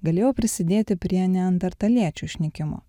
galėjo prisidėti prie neandertaliečių išnykimo